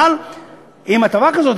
אבל עם הטבה כזאת,